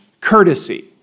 courtesy